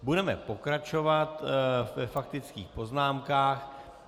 Budeme pokračovat ve faktických poznámkách.